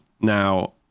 now